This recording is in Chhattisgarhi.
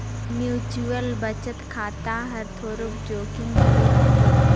म्युचुअल बचत खाता हर थोरोक जोखिम घलो रहथे